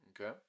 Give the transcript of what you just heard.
Okay